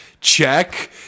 check